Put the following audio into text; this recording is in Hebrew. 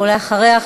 ואחריה,